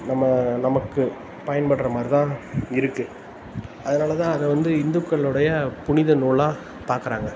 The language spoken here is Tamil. நம்ம நமக்கு பயன்படுற மாதிரி தான் இருக்கு அதனால் தான் அதை வந்து இந்துக்களுடைய புனிதநூலாக பார்க்கறாங்க